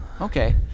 Okay